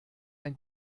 ein